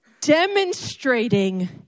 demonstrating